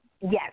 Yes